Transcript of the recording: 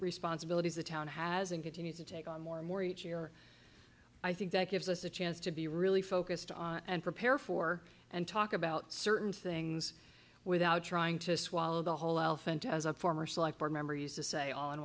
responsibilities the town has and continues to take on more and more each year i think that gives us a chance to be really focused on and prepare for and talk about certain things without trying to swallow the whole alphabet as a former selector memories to say on